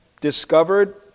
discovered